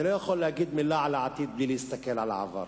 אני לא יכול להגיד מלה על העתיד בלי להסתכל על העבר.